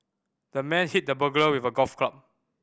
the man hit the burglar with a golf club